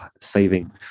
saving